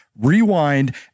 rewind